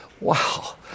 Wow